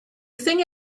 thing